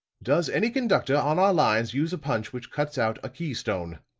does any conductor on our lines use a punch which cuts out a keystone?